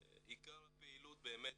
עיקר הפעילות באמת